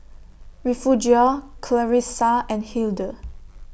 Refugio Clarissa and Hildur